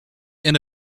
and